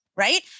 Right